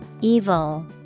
Evil